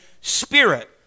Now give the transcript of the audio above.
spirit